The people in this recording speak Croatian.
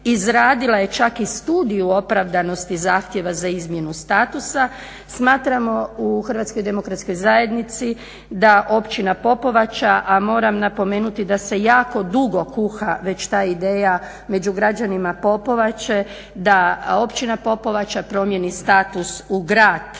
izradila je čak i Studiju opravdanosti zahtjeva za izmjenu statusa, smatramo u HDZ-u da Općina Popovača, a moramo napomenuti da se jako dugo kuha već ta ideja među građanima Popovače da Općina Popovača promijeni status u grad